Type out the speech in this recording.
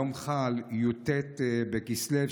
היום חל י"ט בכסלו,